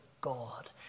God